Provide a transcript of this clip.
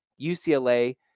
UCLA